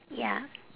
ya